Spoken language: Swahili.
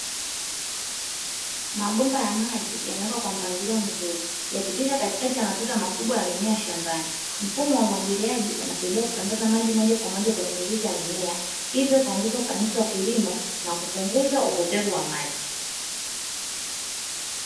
Mabomba ya maji yamewekwa kwa mpangilio mzuri, yakipita katikati ya matuta makubwa ya mimea shambani. Mfumo wa umwagiliaji unasaidia kusambaza maji moja kwa moja kwenye mizizi ya mimea hivyo kuongeza ufanisi wa kilimo na kupunguza upotevu wa maji.